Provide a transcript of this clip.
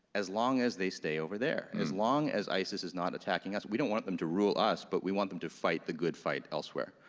as long as they stay over there, as long as isis is not attacking us, we don't want them to rule us, but we want them to fight the good fight elsewhere,